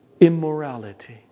immorality